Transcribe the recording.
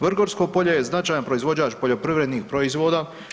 Vrgorsko polje je značajan proizvođač poljoprivrednih proizvoda.